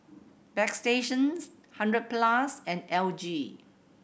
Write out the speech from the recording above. bagstationz Hundred Plus and L G